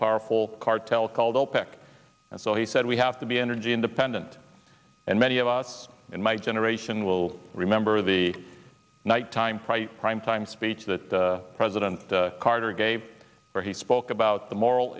powerful cartel called opec and so he said we have to be energy independent and many of us in my generation will remember the night time from prime time speech that president carter gave where he spoke about the moral